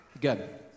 Good